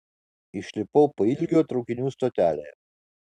išlipau pailgio traukinių stotelėje